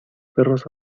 perros